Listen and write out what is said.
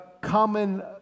common